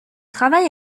travail